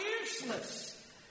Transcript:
useless